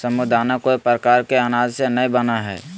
साबूदाना कोय प्रकार के अनाज से नय बनय हइ